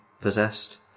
possessed